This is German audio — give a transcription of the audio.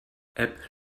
app